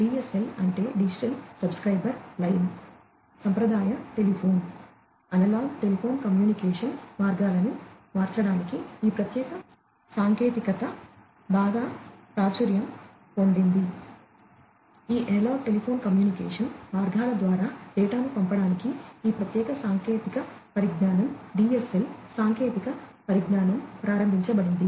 DSL అంటే digital subscriber line సాంకేతిక పరిజ్ఞానం ప్రారంభించబడింది